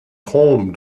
trompe